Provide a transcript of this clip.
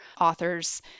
authors